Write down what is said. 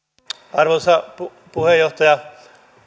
arvoisa puheenjohtaja